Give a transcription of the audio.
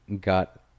got